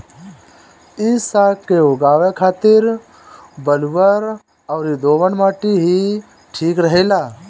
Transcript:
इ साग के उगावे के खातिर बलुअर अउरी दोमट माटी ही ठीक रहेला